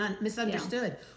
misunderstood